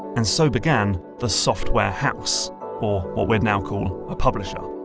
and so began the software house or, what we'd now call a publisher.